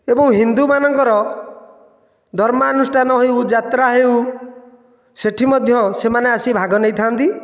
ଏବଂ ହିନ୍ଦୁମାନଙ୍କର ଧର୍ମାନୁଷ୍ଠାନ ହେଉ ଯାତ୍ରା ହେଉ ସେଠି ମଧ୍ୟ ସେମାନେ ଆସି ଭାଗ ନେଇଥାନ୍ତି